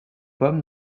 pommes